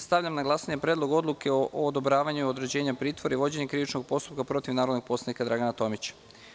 Stavljam na glasanje Predlog odluke o odobravanju određivanja pritvora i vođenja krivičnog postupka protiv narodnog poslanika Dragana Tomića.